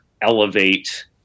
elevate